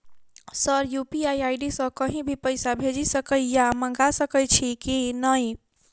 Sir UPI ID सँ कहि भी पैसा भेजि सकै या मंगा सकै छी की न ई?